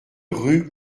rue